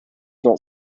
not